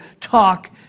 talk